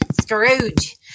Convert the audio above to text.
Scrooge